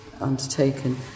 undertaken